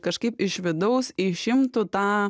kažkaip iš vidaus išimtų tą